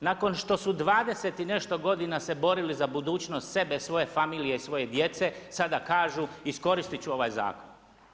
nakon što su 20 i nešto godina se borili za budućnost sebe i svoje familije i svoje djece sada kažu iskoristit ću ovaj zakon.